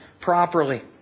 properly